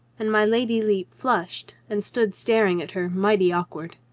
and my lady lepe flushed and stood staring at her mighty awkward.